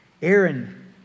Aaron